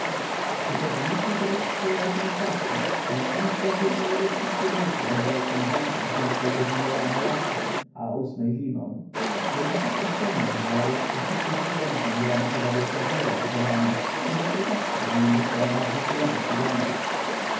to też w myśl powyższej argumentacyi porachunek drobiu w małowieskim kurniku odbywał się zawsze o piątej godzinie rano latem a o ósmej zimą w kurnikach ościennych dworów powszechnie przyjętą była metoda wieczornego rachowania czemu trukawska nie omieszkała bardzo surowo przyganiać